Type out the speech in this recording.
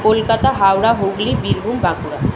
Kolkata Howrah Hooghly Birbhum Bankura